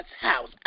house